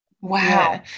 Wow